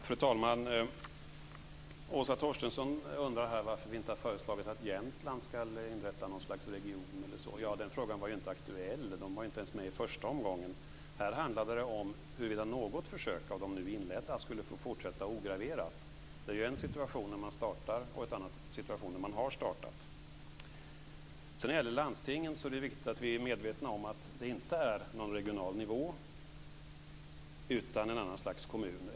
Fru talman! Åsa Torstensson undrar varför vi inte har föreslagit att Jämtland ska bli en region. Den frågan var inte aktuell. Man var inte ens med i första omgången. Här handlade det om huruvida något av de nu inledda försöken skulle få fortsätta ograverat. Det är ju en situation när man ska starta och en annan situation när man har startat. När det gäller landstingen är det viktigt att vi är medvetna om att det inte gäller en regional nivå utan ett annat slags kommuner.